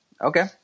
okay